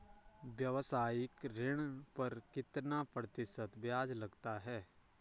व्यावसायिक ऋण पर कितना प्रतिशत ब्याज लगता है?